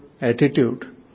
attitude